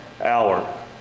hour